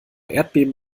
erdbeben